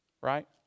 right